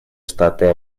штаты